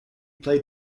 played